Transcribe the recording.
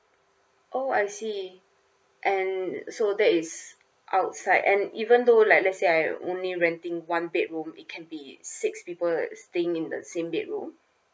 oh I see and so that is outside and even though like let's say I only renting one bedroom it can be it six people staying in the same bedroom